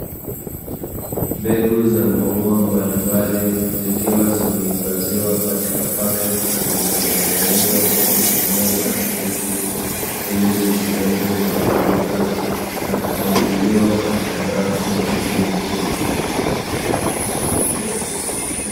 Mbegu za maua mbalimbali zikiwa zimehifadhiwa katika pakiti zilizotengenezwa kwa kutumia plastiki ili zisiweze kuharibika na kupangiliwa katika rafu za chuma.